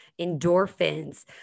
endorphins